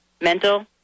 mental